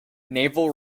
naval